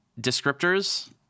descriptors